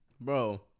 Bro